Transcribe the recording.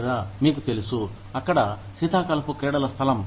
లేదా మీకు తెలుసు అక్కడ శీతాకాలపు క్రీడల స్థలం